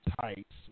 tights